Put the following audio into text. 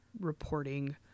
reporting